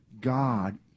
God